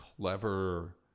clever